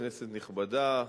כנסת נכבדה,